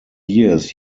years